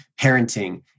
parenting